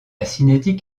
cinétique